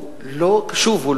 שוב,